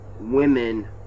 women